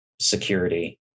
security